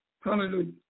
Hallelujah